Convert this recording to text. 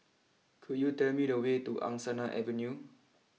could you tell me the way to Angsana Avenue